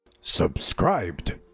Subscribed